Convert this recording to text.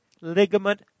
ligament